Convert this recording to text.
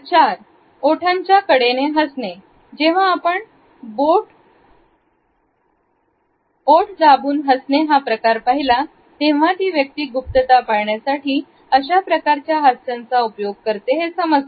4ओठांच्या कडेने हसणे जेव्हा आपण ओठ दाबून हसणे हा प्रकार पाहिला तेव्हा ती व्यक्ती गुप्तता पाळण्यासाठी अशा प्रकारच्या हास्याचा उपयोग करते हे समजले